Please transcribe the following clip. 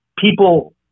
People